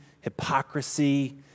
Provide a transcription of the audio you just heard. hypocrisy